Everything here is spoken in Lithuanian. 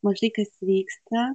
mažai kas vyksta